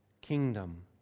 kingdom